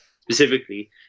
specifically